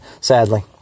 sadly